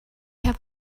have